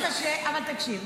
אני יודעת שקשה, אבל תקשיב.